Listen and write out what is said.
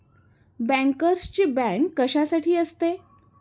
बँकर्सची बँक कशासाठी असते?